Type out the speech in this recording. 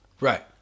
Right